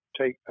take